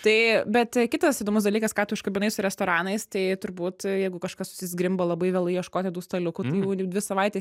tai bet kitas įdomus dalykas ką tu užkabinai su restoranais tai turbūt jeigu kažkas susizgrimba labai vėlai ieškoti tų staliukų tai jau dvi savaitės